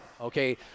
okay